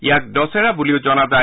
ইয়াক দশেৰা বুলিও জনা যায়